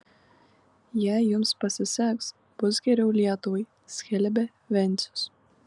jei jums pasiseks bus geriau lietuvai skelbė vencius